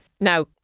Now